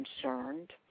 concerned